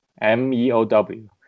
M-E-O-W